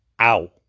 ow